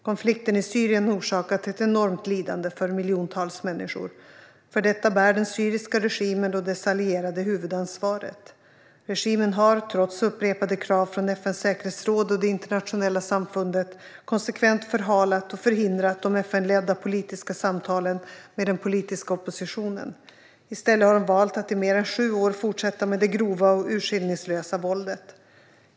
Konflikten i Syrien har orsakat ett enormt lidande för miljontals människor. För detta bär den syriska regimen och dess allierade huvudansvaret. Regimen har, trots upprepade krav från FN:s säkerhetsråd och det internationella samfundet, konsekvent förhalat och förhindrat de FN-ledda politiska samtalen med den politiska oppositionen. I stället har de valt att i mer än sju år fortsätta med det grova och urskillningslösa våldet.